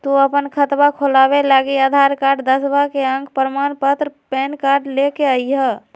तू अपन खतवा खोलवे लागी आधार कार्ड, दसवां के अक प्रमाण पत्र, पैन कार्ड ले के अइह